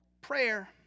prayer